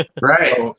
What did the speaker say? Right